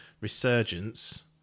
Resurgence